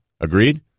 Agreed